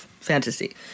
Fantasy